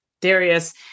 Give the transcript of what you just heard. Darius